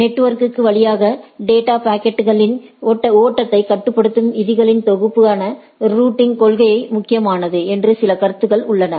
network வழியாக data பாக்கெட்களின் ஓட்டத்தை கட்டுப்படுத்தும் விதிகளின் தொகுப்பான ரூட்டிங் கொள்கை முக்கியமானது என்று சில கருத்துக்கள் உள்ளன